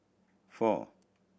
four